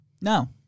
No